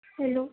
hello